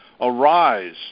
arise